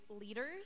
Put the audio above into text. leaders